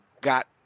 got